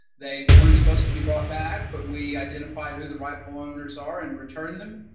they weren't supposed to be brought back but we identified who the rightful owners are and returned them.